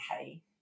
hey